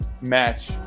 match